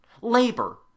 labor